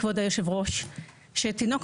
כבוד יו"ר הוועדה, תודה רבה על רשות הדיבור.